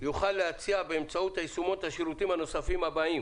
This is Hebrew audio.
יוכל להציע באמצעות היישומון את השירותים הנוספים הבאים..."